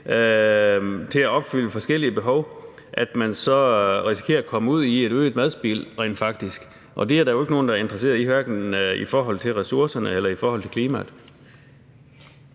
til at opfylde forskellige behov, så rent faktisk risikerer at komme ud i et øget madspild, og det er der jo ikke nogen der er interesseret i, hverken i forhold til ressourcerne eller i forhold til klimaet.